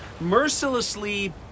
mercilessly